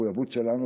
מחויבות שלנו,